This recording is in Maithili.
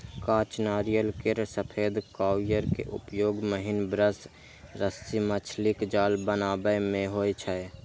कांच नारियल केर सफेद कॉयर के उपयोग महीन ब्रश, रस्सी, मछलीक जाल बनाबै मे होइ छै